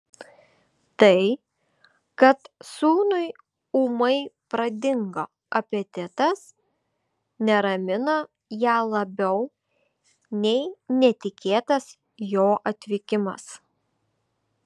tai kad sūnui ūmai pradingo apetitas neramino ją labiau nei netikėtas jo atvykimas